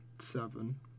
Seven